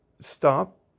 stop